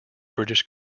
british